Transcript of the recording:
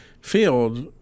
field